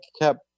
kept